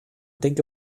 denke